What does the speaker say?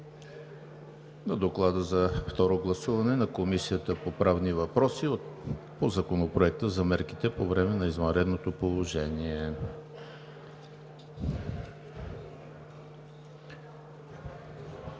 на Доклада за второ гласуване на Комисията по правни въпроси по Законопроекта за мерките по време на извънредното положение.